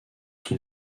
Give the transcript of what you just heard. son